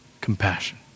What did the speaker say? compassion